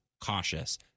cautious